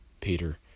Peter